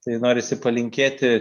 tai norisi palinkėti